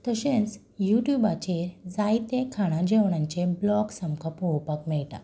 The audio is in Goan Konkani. तशेंच युट्युबाचेर जायते खाणां जेवणांचे ब्लॉग्स आमकां पळोवपाक मेळटा